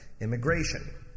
immigration